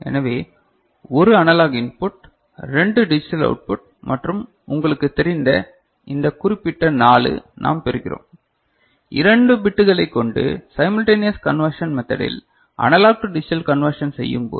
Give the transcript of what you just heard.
எனவே 1 analogue input 2 digital output மற்றும் உங்களுக்குத் தெரிந்த இந்த குறிப்பிட்ட 4 நாம் பெறுகிறோம் 2 பிட்டுகளைக் கொண்டு சைமல்டென்யேஸ் கன்வெர்ஷன் மெத்தடில் அனலாக் டு டிஜிட்டல் கன்வெர்ஷன் செய்யும் போது